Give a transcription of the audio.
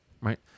Right